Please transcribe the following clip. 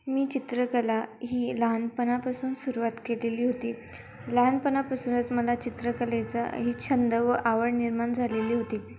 मी चित्रकला ही लहानपणापासून सुरूवात केलेली होती लहानपणापासूनच मला चित्रकलेचा ही छंद व आवड निर्माण झालेली होती